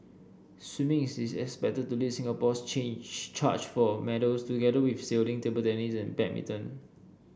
swimming is expected to lead Singapore's change charge for medals together with sailing table tennis and badminton